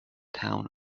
town